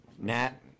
nat